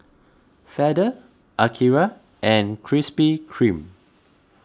feather Akira and Krispy Kreme